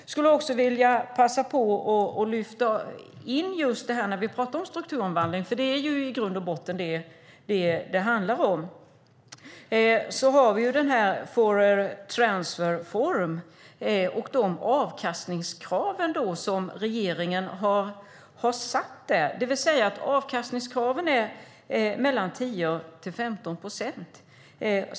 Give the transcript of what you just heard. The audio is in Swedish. Jag skulle också vilja passa på att lyfta in strukturomvandling när vi talar om detta, för det är i grund och botten vad det handlar om. Vi har Fouriertransform och de avkastningskrav som regeringen har satt där på mellan 10 och 15 procent.